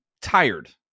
tired